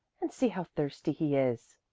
and see how thirsty he is!